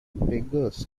beggars